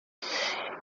ele